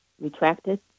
retracted